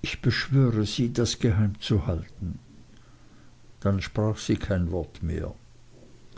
ich beschwöre sie das geheim zu halten dann sprach sie kein wort mehr